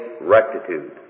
rectitude